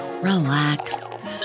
relax